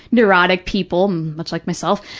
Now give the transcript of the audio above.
neurotic people, much like myself,